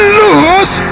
lose